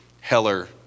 Heller